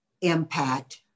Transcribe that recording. impact